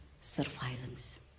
surveillance